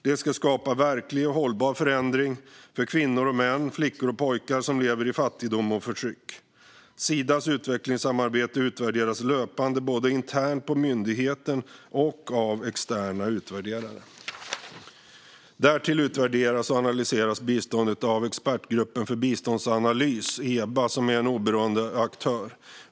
Det ska skapa verklig och hållbar förändring för kvinnor, män, flickor och pojkar som lever i fattigdom och förtryck. Sidas utvecklingssamarbete utvärderas löpande både internt på myndigheten och av externa utvärderare. Därtill utvärderas och analyseras biståndet av Expertgruppen för biståndsanalys, EBA, som är en oberoende aktör.